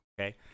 Okay